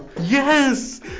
Yes